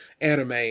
anime